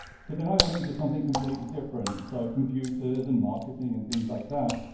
so then i went into something completely different. so computers and marketing and things like that.